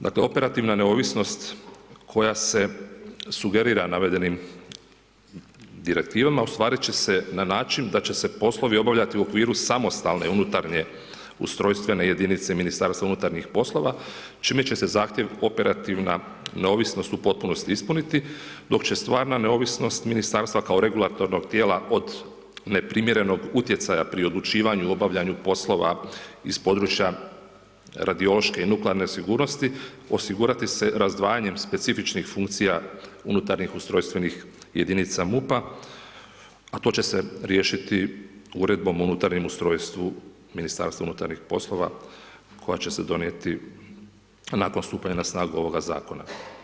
Dakle, operativna neovisnost, koja se sugerira navedenim direktivama, ostvariti će se na način, da će se poslovi obavljati u okviru samostalne unutarnje ustrojstvene jedinice i Ministarstva unutarnjih poslova, čime će se zahtjev, operativna, neovisnost u potpunosti ispuniti, dok će stvarna neovisnost Ministarstva, kao regulatornog tijela, od neprimjerenog utjecaja pri odlučivanju, obavljanju poslova, iz područja radiološke i nuklearne sigurnosti, osigurati se razdvajanjem specifičnih funkcija unutarnjih ustrojstvenih jedinica MUP-a, a to će se riješiti uredbom o unutarnjem ustrojstvu Ministarstva unutarnjih poslova, koje će se donijeti nakon stupanja na snagu ovoga zakona.